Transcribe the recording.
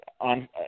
on